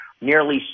nearly